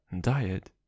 diet